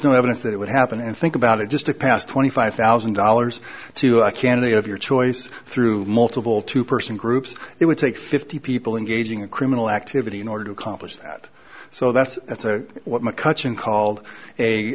no evidence that it would happen and think about it just to pass twenty five thousand dollars to a can of the of your choice through multiple two person groups it would take fifty people engaging in criminal activity in order to accomplish that so that's what mccutcheon called